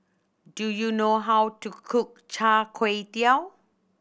do you know how to cook Char Kway Teow